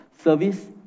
service